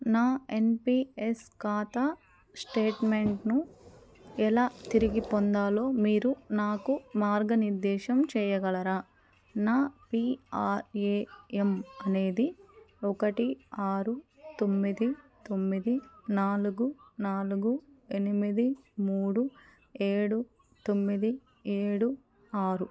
నా ఎన్పీఎస్ ఖాతా స్టేట్మెంట్ను ఎలా తిరిగి పొందాలో మీరు నాకు మార్గనిర్దేషం చేయగలరా నా పీఆర్ఏయన్ అనేది ఒకటి ఆరు తొమ్మిది తొమ్మిది నాలుగు నాలుగు ఎనిమిది మూడు ఏడు తొమ్మిది ఏడు ఆరు